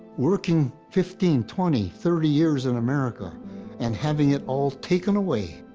working fifteen, twenty, thirty years in america and having it all taken away,